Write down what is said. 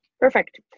Perfect